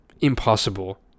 impossible